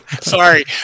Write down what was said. Sorry